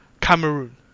Cameroon